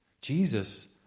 Jesus